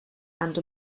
and